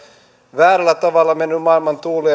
väärällä tavalla mennyt maailman tuulien